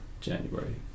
January